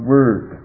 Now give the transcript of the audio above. Word